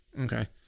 Okay